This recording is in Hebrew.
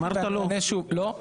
אמרת: לא.